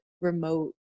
remote